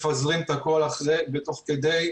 אני לא מכירה ויודעת על איזו הצעה היושבת ראש מדברת,